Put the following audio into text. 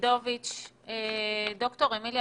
דוקטור אמיליה